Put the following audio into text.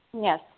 Yes